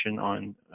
on